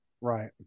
Right